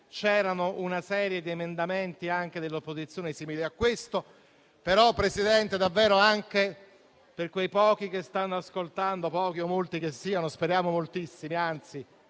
c'erano una serie di emendamenti, anche dell'opposizione, simili a questo, però, Presidente, davvero anche per quei pochi che stanno ascoltando - pochi o molti che siano, speriamo moltissimi